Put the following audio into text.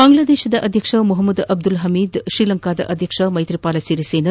ಬಾಂಗ್ಲಾದೇಶ ಅಧ್ಯಕ್ಷ ಮೊಹಮದ್ ಅಬ್ದುಲ್ ಹಮಿದ್ ಶ್ರೀಲಂಕಾ ಅಧ್ಯಕ್ಷ ಮೈತ್ರಿಪಾಲ ಸಿರಿಸೇನಾ